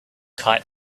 kite